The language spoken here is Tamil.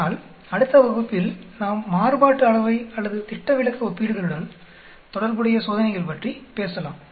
அதனால் அடுத்த வகுப்பில் நாம் மாறுபாட்டு அளவை அல்லது திட்டவிளக்க ஒப்பீடுகளுடன் தொடர்புடைய சோதனைகள் பற்றி பேசலாம்